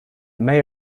may